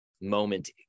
moment